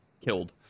killed